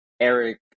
Eric